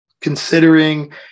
considering